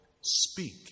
speak